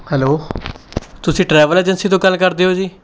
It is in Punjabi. ਹੈਲੋ ਤੁਸੀਂ ਟਰੈਵਲ ਏਜੰਸੀ ਤੋਂ ਗੱਲ ਕਰਦੇ ਹੋ ਜੀ